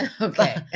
Okay